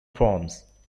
forms